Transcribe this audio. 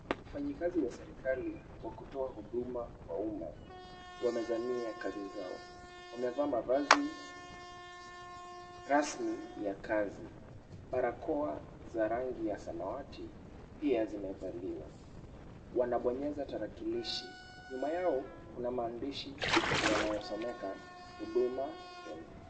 Wafanyikazi wa serikali wa kutoa huduma kwa umma wamezamia kazi zao. Wamevalia mavazi rasmi ya kazi. Barakoa za rangi ya samawati pia zimevaliwa. Wanabonyeza tarakilishi. Nyuma yao kuna maandishi yanayosomeka Huduma Kenya.